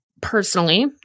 personally